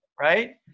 Right